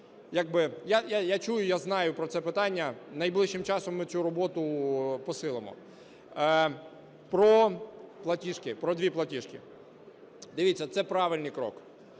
Я чую, я знаю про це питання, найближчим часом ми цю роботу посилимо. Про платіжки, про дві платіжки. Дивіться, це правильний крок.